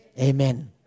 Amen